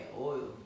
oil